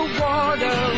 water